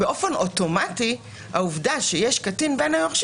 לא נמצא שהעובדה שיש קטין בין היורשים